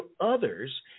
others